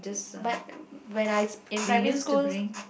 but when I in primary school